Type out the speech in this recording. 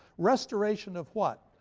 restoration of what?